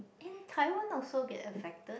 didn't Taiwan also get affected